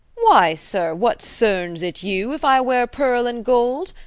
why, sir, what cerns it you if i wear pearl and gold?